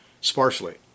sparsely